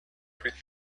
plus